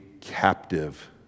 captive